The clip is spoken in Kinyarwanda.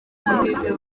rw’ibyo